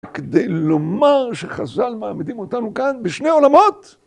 כדי לומר שחז"ל מעמדים אותנו כאן בשני עולמות!